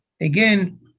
again